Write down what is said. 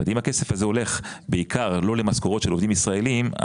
אם הכסף הזה הולך בעיקר לא למשכורות של עובדים ישראלים,